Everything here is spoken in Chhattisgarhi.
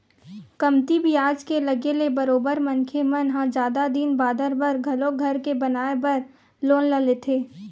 कमती बियाज के लगे ले बरोबर मनखे मन ह जादा दिन बादर बर घलो घर के बनाए बर लोन ल लेथे